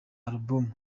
album